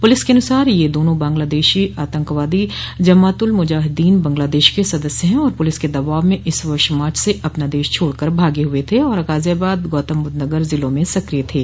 police के अनुसार यह दोनों बगलादेशी आतंकवादी जमात उल मुजाहिदीन बंगलादेश के सदस्य है और पुलिस के दबाव में इस वर्ष मार्च से अपना देश छोड़ कर भागे हुए थे और गाजियाबाद गौतमबुद्ध नगर जिलों में सक्रिय थे